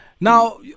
Now